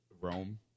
rome